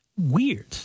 Weird